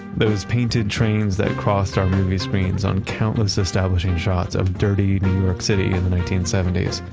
those painted trains that crossed our movie screens on countless establishing shots of dirty new york city in the nineteen seventy s,